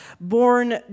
Born